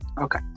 Okay